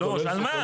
לא, כולל --- על מה?